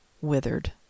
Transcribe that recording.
withered